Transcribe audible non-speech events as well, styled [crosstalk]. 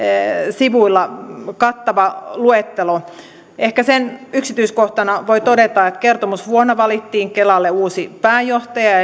sivuilla kattava luettelo ehkä sen yksityiskohtana voi todeta että kertomusvuonna valittiin kelalle uusi pääjohtaja [unintelligible]